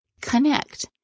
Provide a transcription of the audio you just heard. Connect